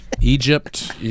Egypt